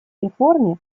реформе